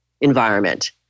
environment